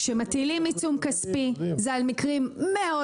כשמטילים עיצום כספי זה על מקרים מאוד